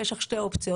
יש לך שתי אופציות,